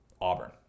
Auburn